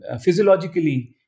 physiologically